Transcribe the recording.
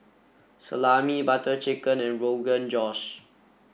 Salami Butter Chicken and Rogan Josh